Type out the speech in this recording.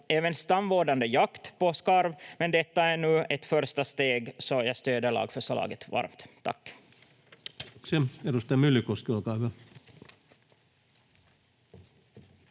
även stamvårdande jakt på skarv, men detta är nu ett första steg, så jag stödjer lagförslaget varmt. — Tack.